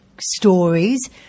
stories